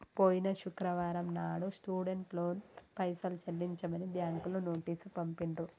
పోయిన శుక్రవారం నాడు స్టూడెంట్ లోన్ పైసలు చెల్లించమని బ్యాంకులు నోటీసు పంపిండ్రు